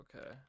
Okay